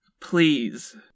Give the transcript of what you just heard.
Please